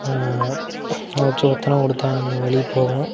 எதாச்சும் ஒத்தடம் கொடுத்தா அந்த வலி போகும்